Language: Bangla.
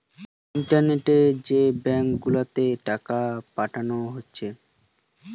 ইন্টারনেটে যে ব্যাঙ্ক গুলাতে টাকা পাঠানো হতিছে